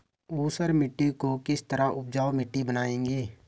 ऊसर मिट्टी को किस तरह उपजाऊ मिट्टी बनाएंगे?